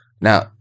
Now